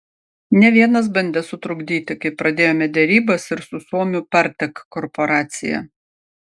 ne vienas bandė sutrukdyti kai pradėjome derybas ir su suomių partek korporacija